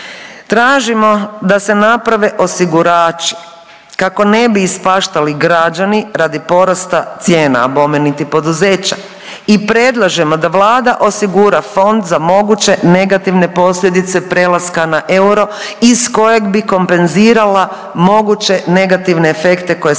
tražimo da se naprave osigurači kako ne bi ispaštali građani radi porasta cijena, a bome niti poduzeća. I predlažemo da Vlada osigura fond za moguće negativne posljedice prelaska na euro iz kojeg bi kompenzirala moguće negativne efekte koje sada